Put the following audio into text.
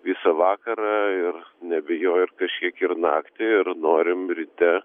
visą vakarą ir nebijojo ir kažkiek ir naktį ir norim ryte